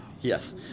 Yes